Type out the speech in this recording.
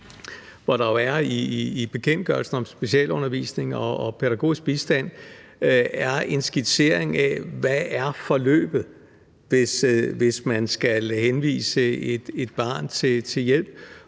henvises til. I bekendtgørelsen om specialundervisning og pædagogisk bistand er der en skitsering af, hvad forløbet skal være, hvis man skal henvise et barn til hjælp,